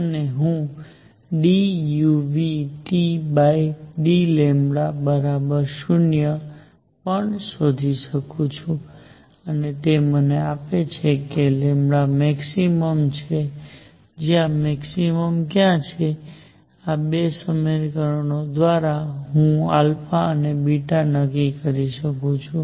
અને હું dudλ0 પણ શોધી શકું છું અને તે મને આપે છે કે મેક્સિમમ છે ત્યાં મેક્સિમમ ક્યાં છે અને આ બે સમીકરણો દ્વારા હું અને નક્કી કરી શકું છું